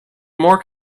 more